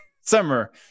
Summer